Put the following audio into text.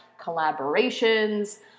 collaborations